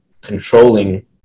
controlling